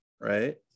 right